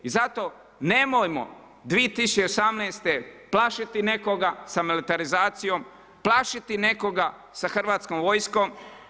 I zato nemojmo 2018. plašiti nekoga sa militarizacijom, plašiti nekoga sa Hrvatskom vojskom.